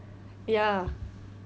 ya